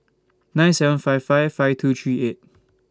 nine seven five five five two three eight